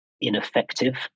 ineffective